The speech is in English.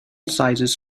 sizes